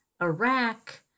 Iraq